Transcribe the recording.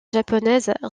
japonaise